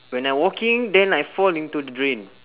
when I walking then I fall into the drain